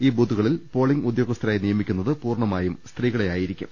ഈ ബൂത്തുകളിൽ പോളിങ്ങ് ഉദ്യോഗസ്ഥ രായി നിയമിക്കുന്നത് പൂർണമായും സ്ത്രീകളെ ആയിരിക്കും